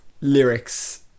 lyrics